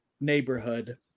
neighborhood